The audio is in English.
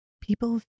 people